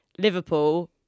Liverpool